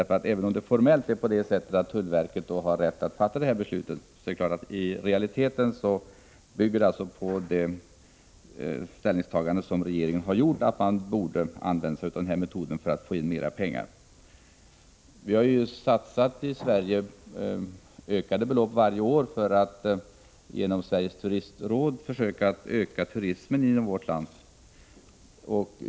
Även om tullverket formellt har rätt att införa sådana avgifter, är det klart att ett beslut härom i realiteten bygger på det ställningstagande som regeringen har gjort, att man borde använda sig av den metoden för att få in mera pengar. Vi har i Sverige satsat för varje år ökade belopp för att genom Sveriges turistråd försöka öka turismen inom vårt land.